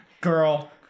girl